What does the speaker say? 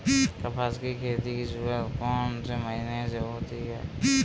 कपास की खेती की शुरुआत कौन से महीने से होती है?